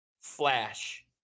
flash